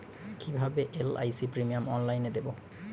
কিভাবে এল.আই.সি প্রিমিয়াম অনলাইনে দেবো?